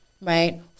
right